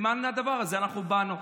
למען הדבר הזה אנחנו באנו.